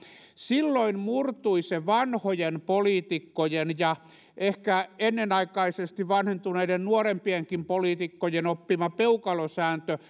silloin murtui se vanhojen poliitikkojen ja ehkä ennenaikaisesti vanhentuneiden nuorempienkin poliitikkojen oppima peukalosääntö